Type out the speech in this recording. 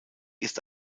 ist